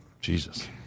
Jesus